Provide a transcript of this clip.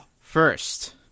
first